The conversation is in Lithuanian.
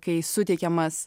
kai suteikiamas